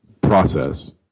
process